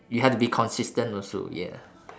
you have to be consistent also yeah